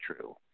true